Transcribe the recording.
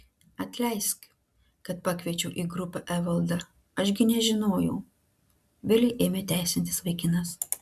atleisk kad pakviečiau į grupę evaldą aš gi nežinojau vėlei ėmė teisintis vaikinas